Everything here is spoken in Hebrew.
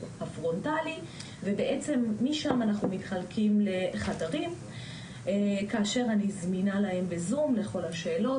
הפרונטלי ומשם אנחנו מתחלקים לחדרים כאשר אני זמינה להם בזום לכל השאלות,